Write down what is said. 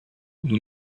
nous